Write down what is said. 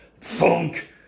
funk